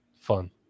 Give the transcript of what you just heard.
Fun